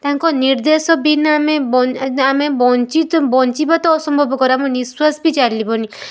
ତାଙ୍କ ନିର୍ଦ୍ଦେଶ ବିନା ଆମେ ଆମେ ବଞ୍ଚିତ ବଞ୍ଚିବା ତ ଅସମ୍ଭକର ଆମ ନିଶ୍ୱାସ ବି ଚାଲିବନି